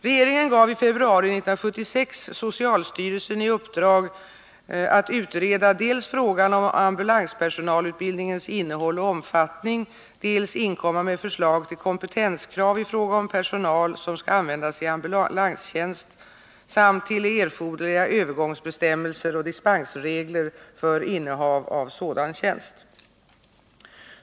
Regeringen gav i februari 1976 socialstyrelsen i uppdrag ”att utreda dels frågan om ambulanspersonalutbildningens innehåll och omfattning, dels inkomma med förslag till kompetenskrav i fråga om personal, som skall användas i ambulanstjänst samt till erforderliga övergångsbestämmelser och dispensregler för innehav av sådan tjänst”.